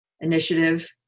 Initiative